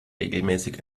regelmäßig